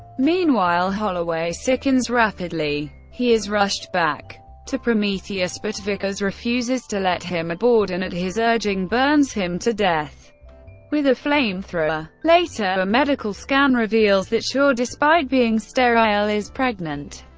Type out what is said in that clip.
meanwhile, holloway sickens rapidly. he is rushed back to prometheus, but vickers refuses to let him aboard, and at his urging, burns him to death with a flamethrower. later, a medical scan reveals that shaw, despite being sterile, is pregnant.